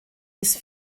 bis